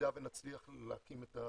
במידה ונצליח להקים את הפרויקט,